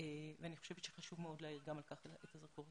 ואני חושבת שחשוב מאוד להאיר גם על כך את הזרקור.